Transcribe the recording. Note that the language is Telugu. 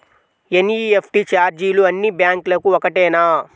ఎన్.ఈ.ఎఫ్.టీ ఛార్జీలు అన్నీ బ్యాంక్లకూ ఒకటేనా?